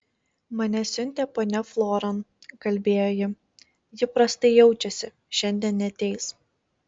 mane siuntė ponia floran kalbėjo ji ji prastai jaučiasi šiandien neateis